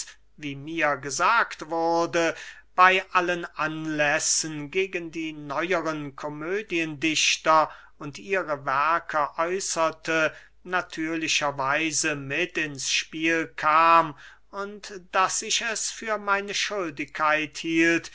bey allen anlässen gegen die neuern komödiendichter und ihre werke äußerte natürlicher weise mit ins spiel kam und daß ich es für meine schuldigkeit hielt